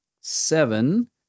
Seven